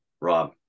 Rob